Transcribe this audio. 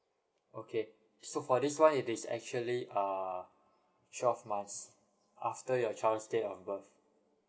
okay so for this one it is actually uh twelve months after your child's date of birth